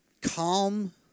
calm